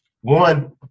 one